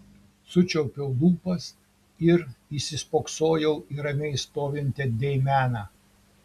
sučiaupiau lūpas ir įsispoksojau į ramiai stovintį deimeną